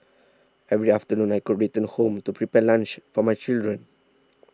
every afternoon I could return home to prepare lunch for my children